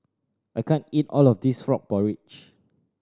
I can't eat all of this frog porridge